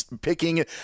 picking